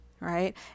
Right